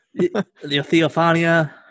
theophania